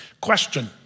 Question